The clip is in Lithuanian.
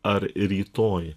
ar rytoj